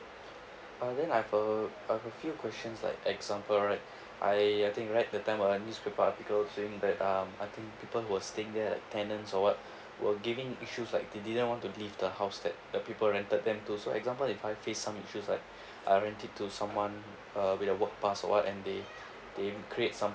uh then I've a I've a few questions like example right I I think read the time on aa newspaper articles saying that um I think people who are staying there the tenant or ]what] were giving issues like they didn't want to leave the house that the people rented them to so example if I face some issues like I rent it to someone uh with a work pass or [what] and they they create some